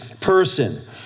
person